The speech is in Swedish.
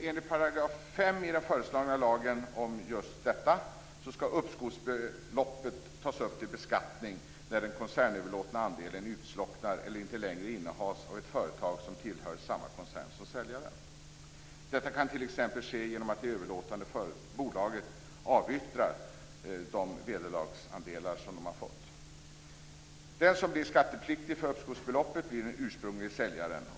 Enligt 5 § i den föreslagna lagen om just detta skall uppskovsbeloppet tas upp till beskattning när den koncernöverlåtna andelen utslocknar eller inte längre innehas av ett företag som tillhör samma koncern som säljaren. Detta kan t.ex. ske genom att det överlåtande bolaget avyttrar de vederlagsandelar som man har fått. Den som blir skattepliktig för uppskovsbeloppet blir den ursprunglige säljaren.